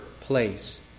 place